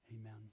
Amen